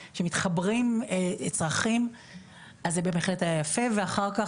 שמתחברים צרכים אז זה בהחלט היה יפה ואחר כך,